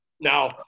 now